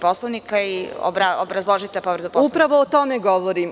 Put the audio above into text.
Poslovnika, i obrazložite povredu Poslovnika.) Upravo o tome govorim.